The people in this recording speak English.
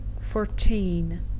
fourteen